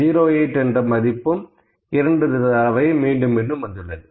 08 என்ற மதிப்பும் 2 தடவை மீண்டும் மீண்டும் வந்துள்ளது